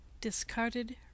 discarded